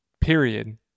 Period